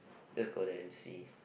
just go there and see